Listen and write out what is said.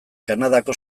kanadako